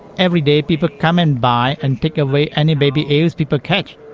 every day people come and buy and take away any baby eels people catch.